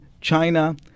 China